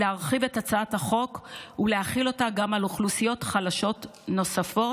להרחיב את הצעת החוק ולהחיל אותה על אוכלוסיות חלשות נוספות,